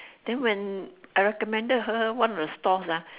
then when I recommended her one of the stalls ah